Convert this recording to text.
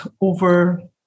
over